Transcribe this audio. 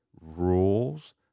rules